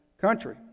country